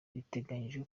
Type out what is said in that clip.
biteganijwe